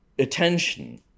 Attention